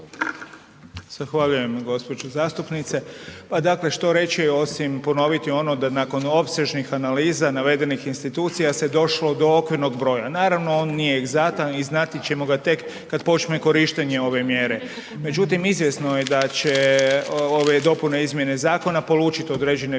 Zahvaljujem gđo. zastupnice. Pa dakle, što reći osim ponoviti ono da nakon opsežnih analiza navedenih institucija se došlo do okvirnog broja. Naravno, on nije egzaktan i znati ćemo ga tek kad počne korištenje ove mjere. Međutim, izvjesno je da će ove dopune i izmjene zakona polučiti određene financijske